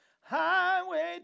Highway